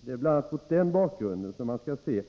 Det är bl.a. mot denna bakgrund som man skall se